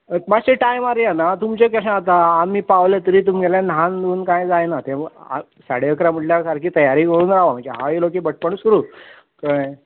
माश्शे टायमार यात आ तुमचें केशें आता आमी पावले तरी तुमी म्हटल्या न्हांन धून कांय जायना तें व आ साडे अकरा म्हटल्यार सारकी तयारी कोरून रावा म्हन्जे हांव येयलो की भटपण सुरू कळें